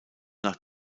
nach